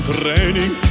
Training